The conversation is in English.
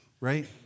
right